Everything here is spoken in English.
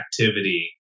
activity